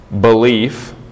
belief